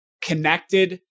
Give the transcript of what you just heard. connected